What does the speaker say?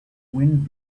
wind